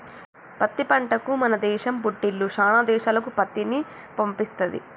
పత్తి పంటకు మన దేశం పుట్టిల్లు శానా దేశాలకు పత్తిని పంపిస్తది